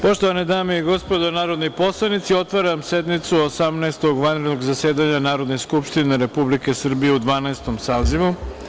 Poštovane dame i gospodo narodni poslanici, otvaram sednicu Osamnaestog vanrednog zasedanja Narodne skupštine Republike Srbije u Dvanaestom sazivu.